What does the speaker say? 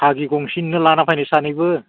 खागि गंसेनिनो लाना फैनाय सानैबो